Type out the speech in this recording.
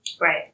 Right